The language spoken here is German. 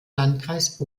landkreis